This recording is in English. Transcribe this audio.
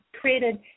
created